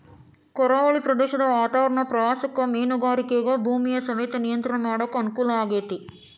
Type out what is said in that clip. ಕರಾವಳಿ ಪ್ರದೇಶದ ವಾತಾವರಣ ಪ್ರವಾಸಕ್ಕ ಮೇನುಗಾರಿಕೆಗ ಭೂಮಿಯ ಸವೆತ ನಿಯಂತ್ರಣ ಮಾಡಕ್ ಅನುಕೂಲ ಆಗೇತಿ